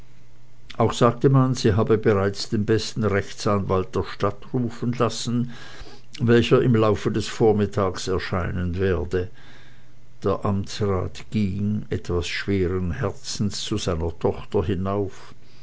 auch sagte man sie habe bereits den besten rechtsanwalt der stadt rufen lassen welcher im laufe des vormittags erscheinen werde der amtsrat ging etwas schweren herzens zu seiner tochter hinauf